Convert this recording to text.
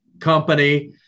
company